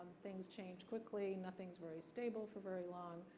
things change quickly, nothing's very stable for very long.